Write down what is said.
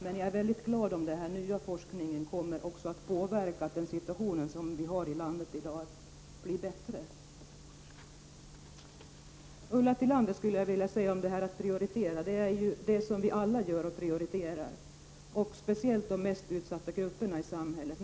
Men jag är mycket glad om den här nya forskningen också kommer att påverka så, att den situation vi har i landet i dag blir bättre. Till Ulla Tillander vill jag säga beträffande prioritering, att det är vad vi alla gör — vi prioriterar. Vi prioriterar särskilt de mest utsatta grupperna i samhället.